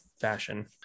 fashion